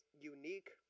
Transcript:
unique